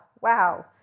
wow